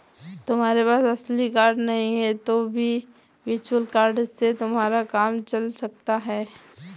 तुम्हारे पास असली कार्ड नहीं है तो भी वर्चुअल कार्ड से तुम्हारा काम चल सकता है